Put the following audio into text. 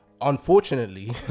Unfortunately